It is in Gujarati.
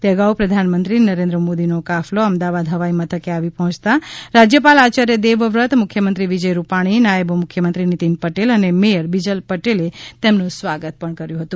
તે અગાઉ પ્રધાનમંત્રી નરેન્દ્ર મોદી નો કાફલો અમદાવાદ હવાઈ મથકે આવી પહોયતા રાજ્યપાલ આચાર્ય દેવવ્રત મુખ્યમંત્રી વિજય રૂપાણી નાયબ મુખ્યમંત્રી નિતિન પટેલ અને મેયર બીજલ પટેલે તેમનું સ્વાગત કર્યું હતું